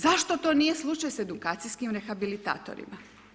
Zašto to nije slučaj s edukacijskim rehabilitatorima?